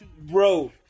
Bro